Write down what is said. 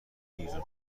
هیزم